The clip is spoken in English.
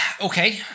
Okay